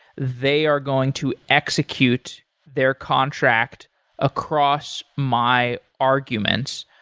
they are going to execute their contract across my arguments.